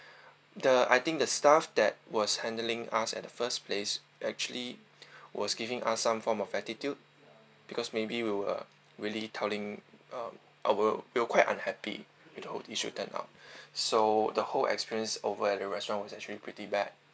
the I think the staff that was handling us at the first place actually was giving us some form of attitude because maybe we were really telling uh our we were quite unhappy with the whole issue turn out so the whole experience over at the restaurant is actually pretty bad